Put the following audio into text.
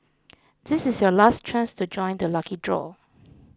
this is your last chance to join the lucky draw